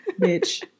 bitch